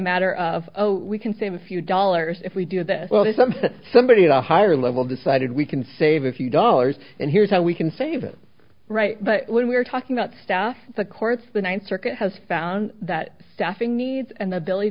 matter of we can save a few dollars if we do this well some somebody in a higher level decided we can save a few dollars and here's how we can save it right but when we're talking about stuff the courts the ninth circuit has found that staffing needs and ability